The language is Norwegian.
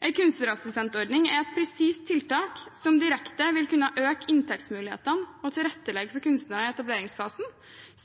er et presist tiltak som direkte vil kunne øke inntektsmulighetene og tilrettelegge for kunstnere i etableringsfasen,